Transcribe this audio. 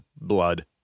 blood